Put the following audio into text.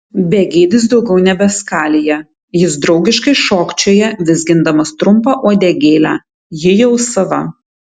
begėdis daugiau nebeskalija jis draugiškai šokčioja vizgindamas trumpą uodegėlę ji jau sava